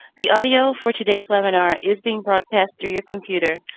the audio for today's webinar is being broadcast through your computer.